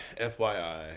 FYI